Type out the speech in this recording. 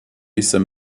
jsem